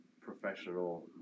professional